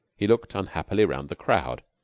he looked unhappily round the crowd.